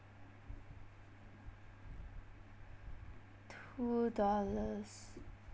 two dollars